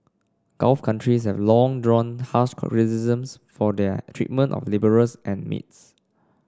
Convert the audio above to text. gulf countries have long drawn harsh criticisms for their treatment of labourers and maids